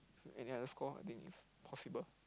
any other score I think is possible